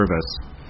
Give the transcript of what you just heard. service